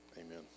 Amen